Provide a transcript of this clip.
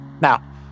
Now